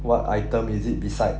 what item is it beside